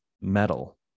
metal